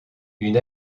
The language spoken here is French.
une